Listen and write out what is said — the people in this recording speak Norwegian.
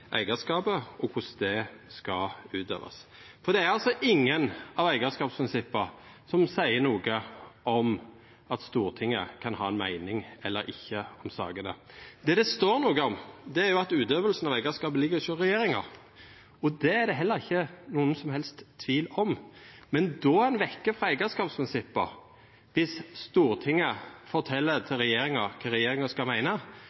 eigarskapet og korleis det skal utøvast. For det er altså ingen av eigarskapsprinsippa som seier noko om at Stortinget kan ha ei meining eller ikkje om sakene. Det det står noko om, er at utøvinga av eigarskapet ligg hos regjeringa, og det er det heller ikkje nokon som helst tvil om. Men ein er vekke frå eigarskapsprinsippa viss Stortinget fortel til regjeringa kva regjeringa skal